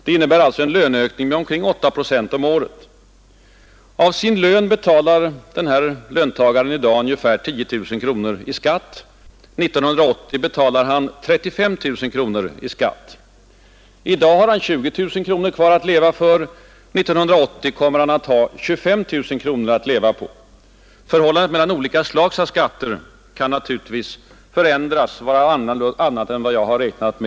Det innebär en löneökning med ungefär 8 procent om året. Av sin lön betalar den här löntagaren i dag ungefär 10 000 kronor i skatt. 1980 betalar han 35 000 kronor i skatt. I dag har han 20 000 kronor kvar att leva för, 1980 kommer han att ha 25 000 kronor att leva på. Förhållandet mellan olika typer av skatter kan naturligtvis vara ett annat än i dag.